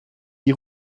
die